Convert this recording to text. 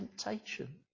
temptation